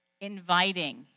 inviting